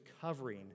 covering